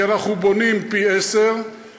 כי אנחנו בונים פי עשרה,